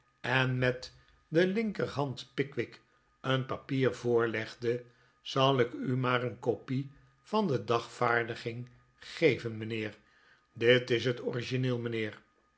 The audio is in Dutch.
en met de linkerhand pickwick een papier voorlegde zal ik u maar een kopie van de dagvaarding geven mijnheer dit is het origineel mijnheer